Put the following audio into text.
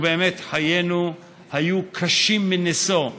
ובאמת חיינו היו קשים מנשוא.